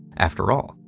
after all,